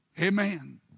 Amen